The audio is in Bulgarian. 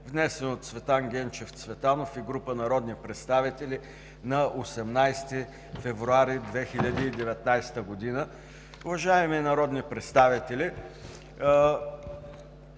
внесен от Цветан Генчев Цветанов и група народни представители на 18 февруари 2019 г. Уважаеми народни представители,